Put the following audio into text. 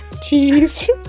Cheese